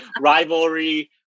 rivalry